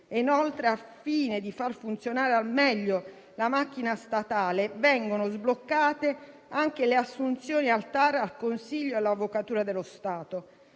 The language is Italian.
Inoltre, al fine di far funzionare al meglio la macchina statale, vengono sbloccate anche le assunzioni al TAR, al Consiglio di Stato e all'Avvocatura dello Stato.